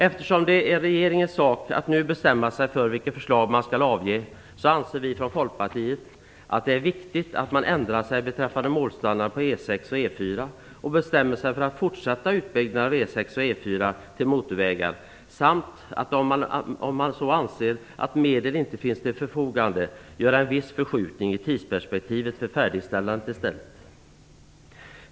Eftersom det är regeringens sak att nu bestämma sig för vilket förslag man skall lämna, anser vi från Folkpartiet att det är viktigt att man ändrar sig beträffande målstandard för E 6 och E 4 och bestämmer sig för att fortsätta utbyggandet av E 6 och E 4 till motorvägar samt att man, om man anser att medel inte finns till förfogande, gör en viss förskjutning i tidsperspektivet för färdigställandet.